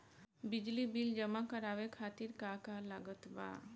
बिजली बिल जमा करावे खातिर का का लागत बा?